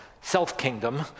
self-kingdom